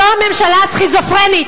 זאת ממשלה סכיזופרנית,